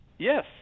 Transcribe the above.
Yes